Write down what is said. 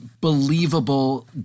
believable